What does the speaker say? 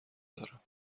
دارم